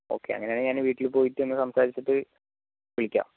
ഒക്കെ അങ്ങനെ ആണെങ്കിൽ ഞാൻ വീട്ടില് പോയിട്ട് ഒന്ന് സംസാരിച്ചിട്ട് വിളിക്കാം